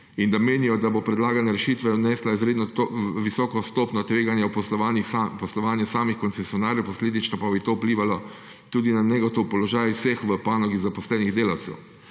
in da menijo, da bo predlagana rešitev vnesla izredno visoko stopnjo tveganja v poslovanju samih koncesionarjev, posledično pa bi to vplivalo tudi na negotov položaj vseh v panogi zaposlenih delavcev